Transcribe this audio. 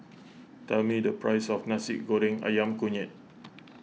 tell me the price of Nasi Goreng Ayam Kunyit